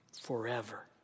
forever